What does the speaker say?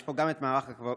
יש פה גם את מערך הכבאות,